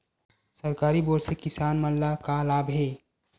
सरकारी बोर से किसान मन ला का लाभ हे?